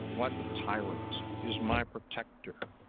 what tyrant is my protector?